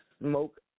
smoke